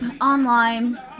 online